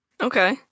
Okay